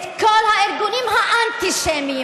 את כל הארגונים האנטישמיים,